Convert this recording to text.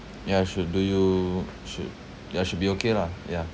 ya should do you should ya should be okay lah yeah